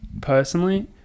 personally